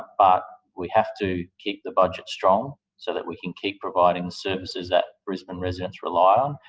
but we have to keep the budget strong so that we can keep providing the services that brisbane residents rely on,